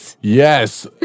Yes